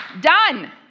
Done